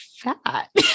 fat